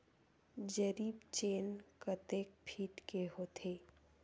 जरीब चेन कतेक फीट के होथे?